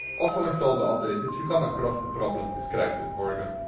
also install the update if you come across the problem described with morrigan.